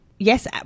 Yes